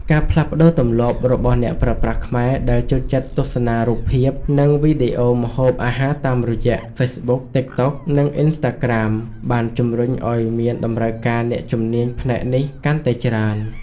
ការផ្លាស់ប្តូរទម្លាប់របស់អ្នកប្រើប្រាស់ខ្មែរដែលចូលចិត្តទស្សនារូបភាព និងវីដេអូម្ហូបអាហារតាមរយៈ Facebook, TikTok និង Instagram បានជំរុញឱ្យមានតម្រូវការអ្នកជំនាញផ្នែកនេះកាន់តែច្រើន។